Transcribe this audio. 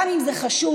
גם אם זה חשוב,